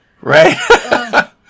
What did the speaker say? Right